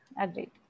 agreed